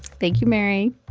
thank you mary.